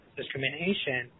discrimination